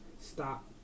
Stop